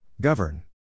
Govern